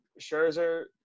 Scherzer